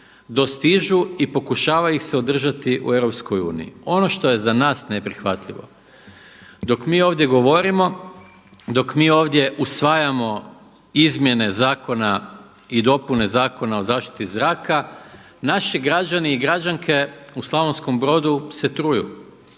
dostižu i pokušava ih se održati u EU. Ono što je za nas neprihvatljivo, dok mi ovdje govorimo, dok mi ovdje usvajamo izmjene zakona i dopune Zakona o zaštiti zraka, naši građani i građanke u Slavonskom Brodu se truju.